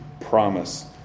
promise